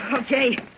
Okay